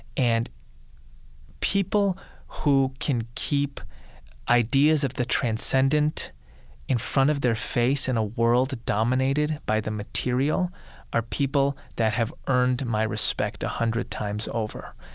and people who can keep ideas of the transcendent in front of their face in a world dominated by the material are people that have earned my respect a hundred times over.